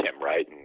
Right